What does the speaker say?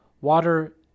Water